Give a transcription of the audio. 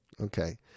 Okay